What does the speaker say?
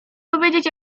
powiedzieć